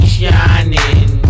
shining